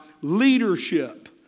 leadership